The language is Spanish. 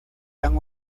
han